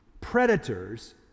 predators